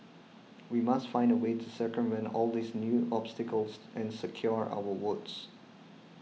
we must find a way to circumvent all these new obstacles and secure our votes